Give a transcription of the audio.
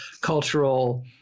cultural